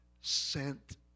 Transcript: sent